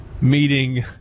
meeting